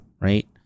right